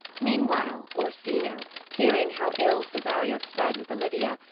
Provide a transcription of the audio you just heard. meanwhile orsino, hearing how ill cesario sped with olivia,